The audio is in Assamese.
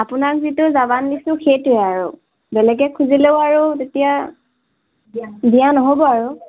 আপোনাক যিটো যাবান দিছোঁ সেইটোৱে আৰু বেলেগে খুজিলেও আৰু তেতিয়া দিয়া নহ'ব আৰু